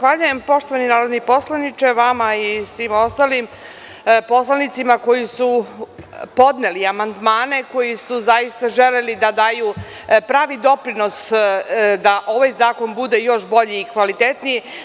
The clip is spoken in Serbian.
Zahvaljujem, poštovani narodni poslaniče, vama i svima ostalima poslanicima koji su podneli amandmane, koji su zaista želeli da daju pravi doprinos da ovaj zakon bude još bolji i kvalitetniji.